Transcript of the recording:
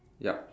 yup